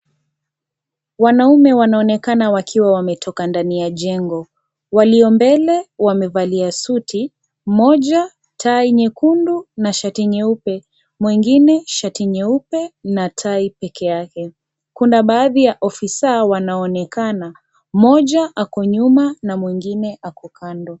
Wanaume wanaonekana wakiwa wametoka ndani ya jengo. Walio mbele wamevalia suti, mmoja tai nyekundu na shati nyeupe. Mwingine shati nyeupe na tai pekee yake. Kuna baadhi ya ofisaa wanaonekana. Mmoja ako nyuma na mwingine ako kando.